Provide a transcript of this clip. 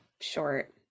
short